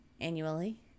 annually